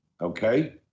Okay